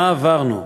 מה עברנו,